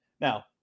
Now